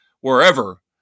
wherever